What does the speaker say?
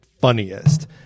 funniest